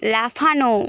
লাফানো